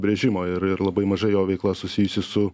brėžimo ir ir labai mažai jo veikla susijusi su